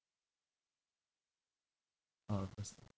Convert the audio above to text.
orh